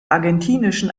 argentinischen